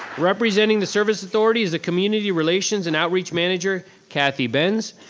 representing the service authority is the community relations and outreach manager kathy bens,